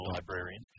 Librarian